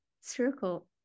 circle